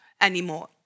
anymore